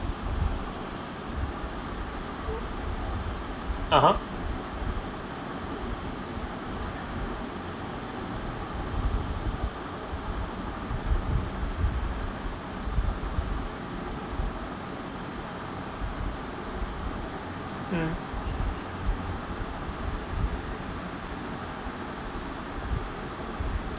(uh huh) mm